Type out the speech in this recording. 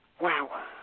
Wow